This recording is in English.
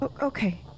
Okay